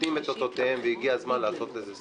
נותנות את אותותיהן, והגיע הזמן לעשות לזה סוף.